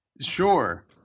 Sure